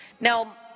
Now